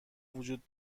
وجود